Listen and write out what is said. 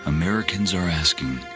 americans are asking,